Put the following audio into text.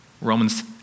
Romans